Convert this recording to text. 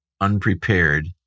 unprepared